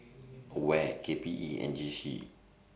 AWARE K P E and J C